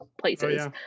places